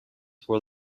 for